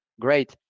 Great